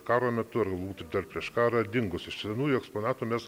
karo metu ar būtų dar prieš karą dingus iš senųjų eksponatų mes